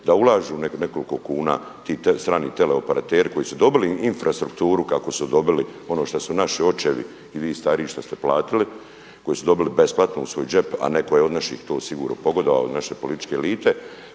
da ulažu nekoliko kuna ti strani teleoperateri koji su dobili infrastrukturu, kako su dobili, ono što su naši očevi i vi stariji šta ste platili, koji su dobili besplatno u svoj džep, a netko je od naših to sigurno pogodovao, od naše političke elite.